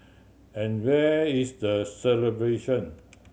and where is the celebration